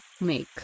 make